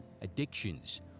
addictions